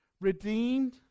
redeemed